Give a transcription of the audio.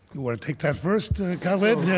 you want to take that first, khaled? yeah